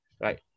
right